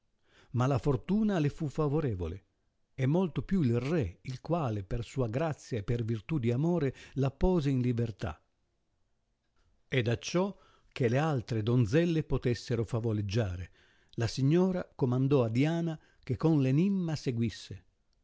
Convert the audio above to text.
ma la fortuna le fu favorevole e molto più il re il quale per sua grazia e per virtù di amore la pose in libertà ed acciò che le altre donzelle potessero favoleggiare la signora comandò a diana che con l enimma seguisse